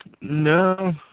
No